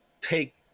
take